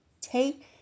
Take